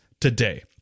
today